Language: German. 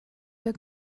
der